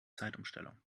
zeitumstellung